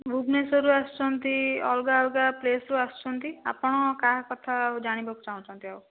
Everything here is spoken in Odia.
ଭୁବନେଶ୍ୱରରୁ ଆସୁଛନ୍ତି ଅଲଗା ଅଲଗା ପ୍ଲେସ୍ରୁ ଆସୁଛନ୍ତି ଆପଣ କାହା କଥା ଜାଣିବାକୁ ଚାହୁଁଛନ୍ତି ଆଉ